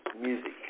music